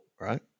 right